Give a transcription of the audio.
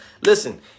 listen